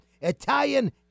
Italian